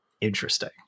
interesting